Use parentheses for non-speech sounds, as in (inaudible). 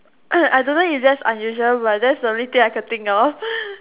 (coughs) I don't know if that's unusual but that's the only thing I could think of